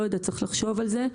צריך עוד לחשוב על זה,